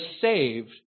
saved